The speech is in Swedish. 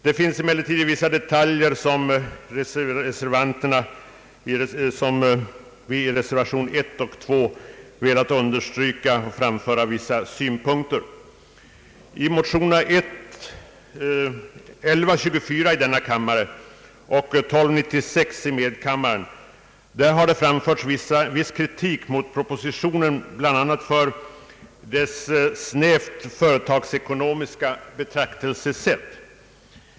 I vissa detaljer vill emellertid vi som står bakom reservationerna 1 och 2 framföra vissa synpunkter. I motionerna I: 1124 och II: 1296 har anförts viss kritik mot propositionen, bl.a. för dess snävt företagsekonomiska betraktelsesätt.